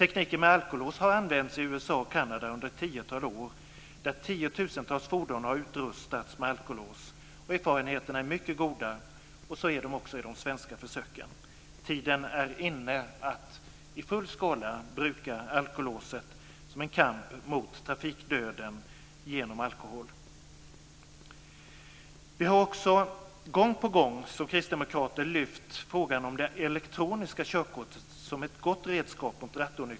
Tekniken med alkolås har använts i USA och i Kanada under ett tiotal år, där tiotusentals fordon har utrustats med alkolås. Erfarenheterna är mycket goda, liksom i de svenska försöken. Tiden är inne att i full skala bruka alkolåset i kampen mot trafikdöden på grund av alkohol.